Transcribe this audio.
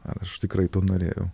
ar aš tikrai to norėjau